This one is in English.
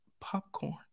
Popcorn